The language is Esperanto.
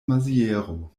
maziero